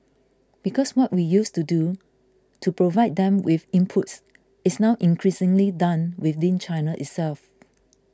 because what we used to do to provide them with inputs is now increasingly done within China itself